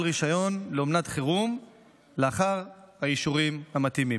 רישיון לאומנת חירום לאחר האישורים המתאימים.